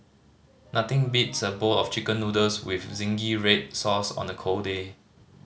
nothing beats a bowl of Chicken Noodles with zingy red sauce on a cold day